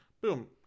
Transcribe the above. Boom